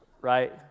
right